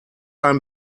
ein